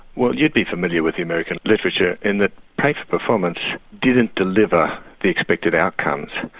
well you'd be familiar with the american literature in that pay for performance didn't deliver the expected outcomes.